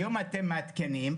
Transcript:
היום אתם מעדכנים,